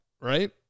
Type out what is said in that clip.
right